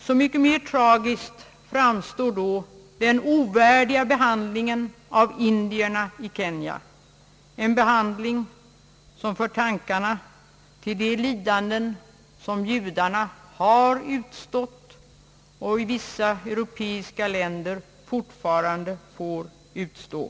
Så mycket mera tragisk framstår den ovärdiga behandlingen av indierna i Kenya, en behandling som för tankarna till de lidanden som judarna har utstått och fortfarande får utstå i vissa europeiska länder.